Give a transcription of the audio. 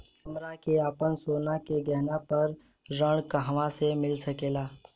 हमरा के आपन सोना के गहना पर ऋण कहवा मिल सकेला?